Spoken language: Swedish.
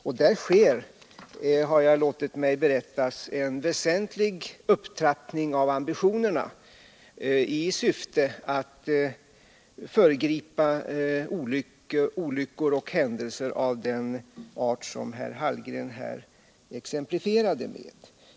Därigenom blir det, har jag låtit mig berättas, en väsentlig upptrappning av ambitionerna i syfte att förebygga olyckor och händelser av den art som herr Hallgren exemplifierade.